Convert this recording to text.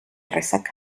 resaca